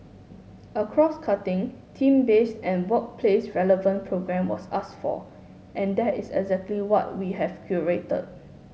a crosscutting theme base workplace relevant programme was ask for and that is exactly what we have curated